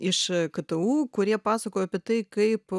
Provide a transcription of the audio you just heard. iš ktu kurie pasakojo apie tai kaip